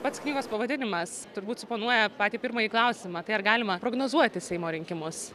pats knygos pavadinimas turbūt suponuoja patį pirmąjį klausimą tai ar galima prognozuoti seimo rinkimus